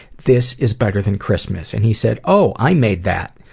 this is better than christmas. and he said, oh i made that.